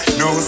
no